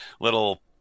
little